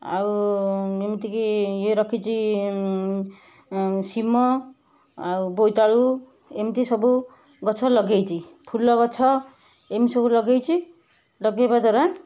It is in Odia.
ଆଉ ଏମିତି କି ଇଏ ରଖିଛି ଶିମ ଆଉ ବୋଇତାଳୁ ଏମିତି ସବୁ ଗଛ ଲଗାଇଛି ଫୁଲ ଗଛ ଏମିତି ସବୁ ଲଗାଇଛି ଲଗାଇବା ଦ୍ୱାରା